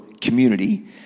community